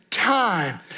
Time